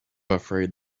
afraid